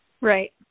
right